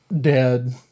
dead